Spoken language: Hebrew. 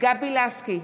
גבי לסקי,